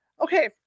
Okay